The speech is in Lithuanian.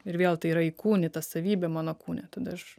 ir vėl tai yra įkūnyta savybė mano kūne tada aš